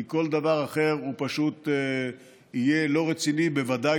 כי כל דבר אחר פשוט לא יהיה רציני ובוודאי